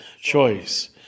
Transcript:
choice